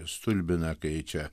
stulbina kai čia